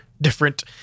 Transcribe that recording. different